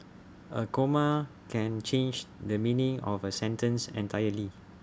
A comma can change the meaning of A sentence entirely